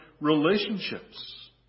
relationships